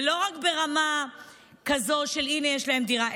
ולא רק ברמה כזאת של: הינה יש להם דירה,